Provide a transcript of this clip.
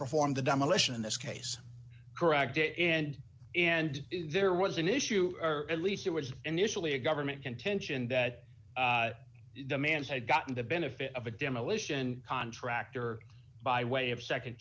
performed the demolition in this case correct it and and there was an issue or at least there was initially a government contention that demands had gotten the benefit of a demolition contractor by way of